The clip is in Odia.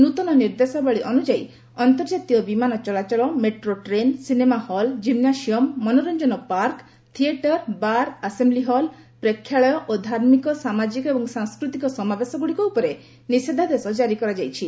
ନୃତନ ନିର୍ଦ୍ଦେଶାବଳୀ ଅନୁଯାୟୀ ଅନ୍ତର୍ଜାତୀୟ ବିମାନ ଚଳାଚଳ ମେଟ୍ରୋ ରେଳ ସିନେମା ହଲ୍ କିମ୍ବାସିୟମ୍ ମନୋରଂଜନ park theatre bar assembly hall ପ୍ରେକ୍ଷାଳୟ ଓ ଧାର୍ମିକ ସାମାଜିକ ଏବଂ ସାଂସ୍କୃତିକ ସମାବେଶଗୁଡ଼ିକ ଉପରେ ନିଷେଧାଦେଶ ଜାରି କରାଯାଇଛି